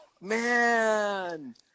Man